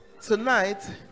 tonight